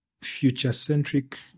future-centric